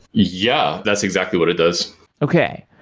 yeah, that's exactly what it does okay,